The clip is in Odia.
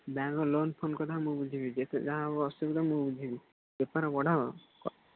ବ୍ୟାଙ୍କ ଲୋନ୍ ଫୋନ୍ କଥା ମୁଁ ବୁଝିବି ଯେତେ ଯାହା ହବ ଅସୁବିଧା ମୁଁ ବୁଝିବି ବେପାର ବଢ଼ାଅ